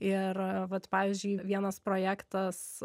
ir vat pavyzdžiui vienas projektas